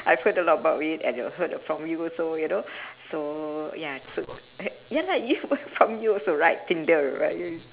I've heard a lot about it and uh heard from you also you know so ya so uh ya lah you from you also right tinder right